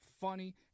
funny